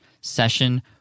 session